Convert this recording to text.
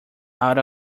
out